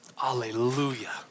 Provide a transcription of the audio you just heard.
hallelujah